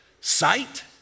Sight